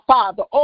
Father